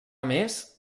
més